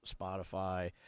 Spotify